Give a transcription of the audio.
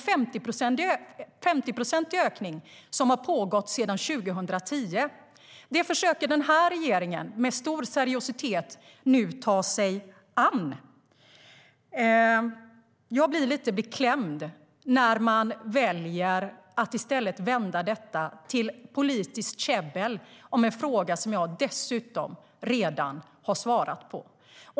Det är en 50-procentig ökning som har pågått sedan 2010. Det försöker regeringen med stor seriositet nu ta sig an. Jag blir lite beklämd när man väljer att i stället vända detta till politiskt käbbel om en fråga som jag dessutom redan har svarat på.